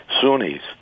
Sunnis